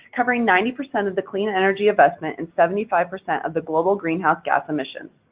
covering ninety percent of the clean energy investment and seventy five percent of the global greenhouse gas emissions.